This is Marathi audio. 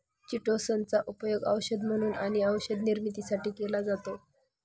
चिटोसन चा उपयोग औषध म्हणून आणि औषध निर्मितीसाठी केला जातो